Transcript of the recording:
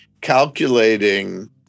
calculating